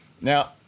Now